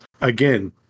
again